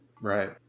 Right